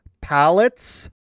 pallets